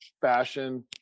fashion